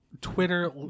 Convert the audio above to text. Twitter